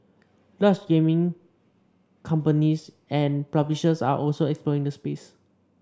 larger gaming companies and publishers are also exploring the space